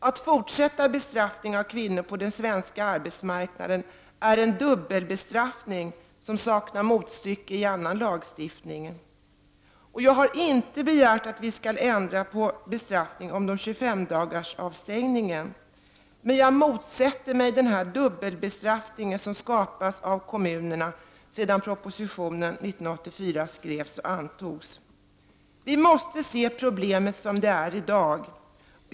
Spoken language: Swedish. Att fortsätta be straffningen av kvinnor på den svenska arbetsmarknaden innebär en dubbelbestraffning som saknar motstycke i annan lagstiftning. Jag har inte begärt att vi skall ändra på bestraffningen under 25-dagarsavstängningen. Men jag motsätter mig denna dubbelbestraffning som skapats av kommunerna sedan propositionen 1984 skrevs och antogs. Vi måste se problemet som det är i dag.